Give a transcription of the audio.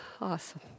awesome